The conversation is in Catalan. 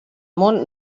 món